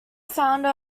founder